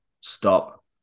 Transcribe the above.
stop